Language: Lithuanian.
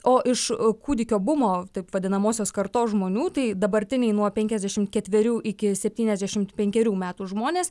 o iš kūdikio bumo taip vadinamosios kartos žmonių tai dabartiniai nuo penkiasdešimt ketverių iki septyniasdešimt penkerių metų žmonės